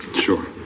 Sure